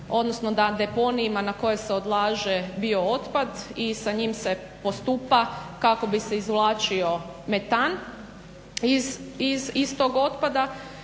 odnosno da deponijima na koje se odlaže bio otpad i sa njim se postupa kako bi se izvlačio metan iz tog otpada.